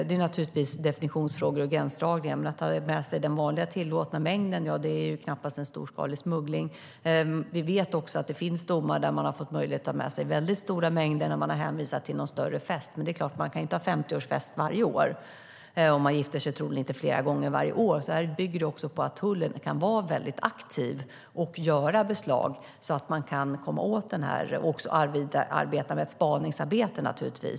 Det handlar om definitionsfrågor och gränsdragningar. Att ta med sig den tillåtna mängden är knappast storskalig smuggling. Det finns domar som visar att man fått möjlighet att ta med sig stora mängder när man hänvisat till en stor fest, men man kan inte ha 50-årsfest varje år eller gifta sig flera gånger per år. Tullen måste här vara aktiv och göra beslag och givetvis arbeta med spaningsarbete.